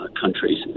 countries